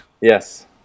Yes